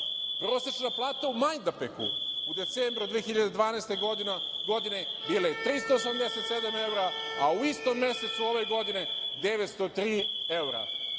evra. Prosečna plata u Majdanpeku u decembru 2012. godine, bila je 387 evra, a u istom mesecu ove godine 903 evra,